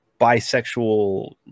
bisexual